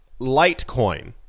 Litecoin